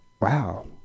wow